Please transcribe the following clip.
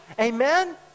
Amen